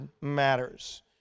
matters